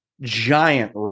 giant